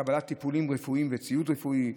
קבלת טיפולים רפואיים וציוד רפואי,